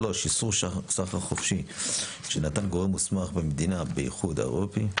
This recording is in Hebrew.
אישור סחר חופשי שנתן גורם מוסמך במדינה באיחוד האירופי,